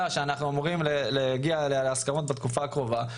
שאנחנו אמורים להגיע להסכמות בתקופה הקרובה,